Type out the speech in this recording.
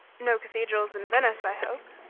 no cathedrals in venice, i hope?